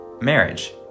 Marriage